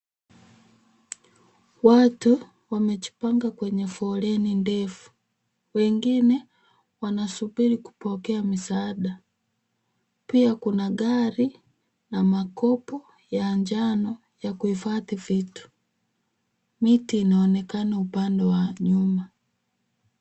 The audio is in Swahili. Watu wamejipanga kwenye foleni ndefu. Wengine wanasubiri kupokea misaada. Pia kuna gari na makopo ya njano ya kuhifadhi vitu. Miti inaonekana upande wa nyuma.